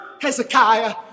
Hezekiah